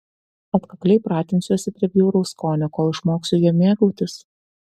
atkakliai pratinsiuosi prie bjauraus skonio kol išmoksiu juo mėgautis